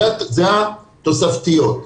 אלה התוספתיות.